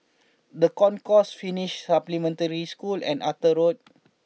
The Concourse Finnish Supplementary School and Arthur Road